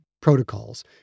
protocols